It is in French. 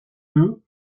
deux